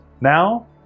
now